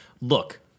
Look